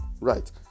right